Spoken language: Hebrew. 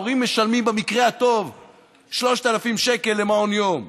ההורים משלמים במקרה הטוב 3,000 שקל למעון יום.